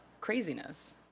craziness